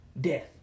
death